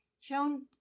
shown